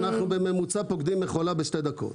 בממוצע אנחנו פורקים מכולה בשתי דקות.